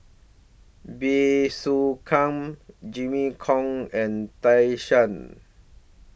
Bey Soo Khiang Jimmy Chok and Tan Shen